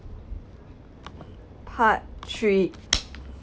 part three